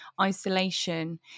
Isolation